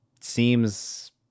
Seems